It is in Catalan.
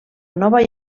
nova